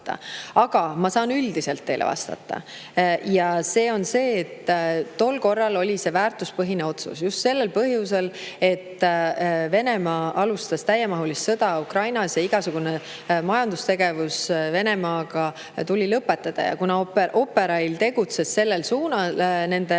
Aga ma saan teile üldisemalt vastata. Ja see on see. Tol korral oli see väärtuspõhine otsus, just sellel põhjusel, et Venemaa alustas täiemahulist sõda Ukrainas ja igasugune majandustegevus Venemaaga tuli lõpetada. Kuna Operail tegutses sellel suunal nende